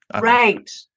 Right